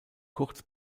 kurz